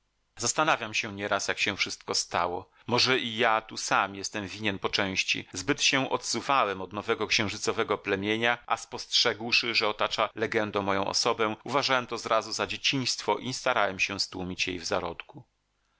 zastanawiam się nieraz jak się wszystko stało może i ja tu sam jestem winien po części zbyt się odsuwałem od nowego księżycowego plemienia a spostrzegłszy że otacza legendą moją osobę uważałem to zrazu za dzieciństwo i nie starałem się stłumić jej w zarodku